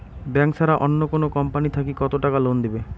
Bank ছাড়া অন্য কোনো কোম্পানি থাকি কত টাকা লোন দিবে?